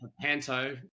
panto